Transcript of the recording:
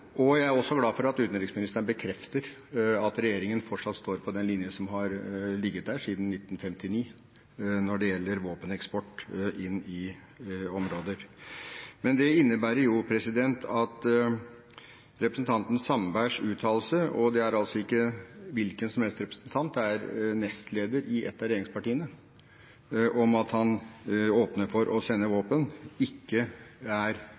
Jeg er glad for at utenriksministeren bekrefter at regjeringen fortsatt står på den linjen som har ligget der siden 1959 når det gjelder våpeneksport inn i områder. Men det innebærer jo at representanten Sandberg – det er altså ikke en hvilken som helst representant, det er nestlederen i et av regjeringspartiene – med sin uttalelse om at han åpner for å sende